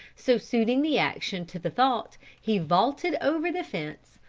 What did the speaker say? so suiting the action to the thought, he vaulted over the fence,